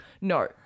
No